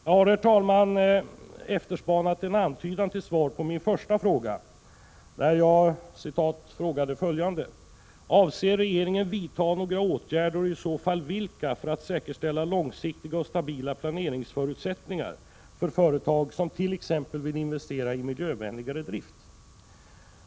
Jag har, herr talman, efterspanat en antydan till svar på min första fråga, som löd: Avser regeringen vidta några åtgärder, och i så fall vilka, för att säkerställa långsiktiga och stabila planeringsförutsättningar för företag som t.ex. vill investera i miljövänligare drift?